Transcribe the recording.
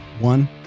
One